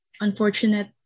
Unfortunate